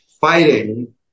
fighting